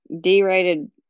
d-rated